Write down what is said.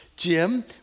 Jim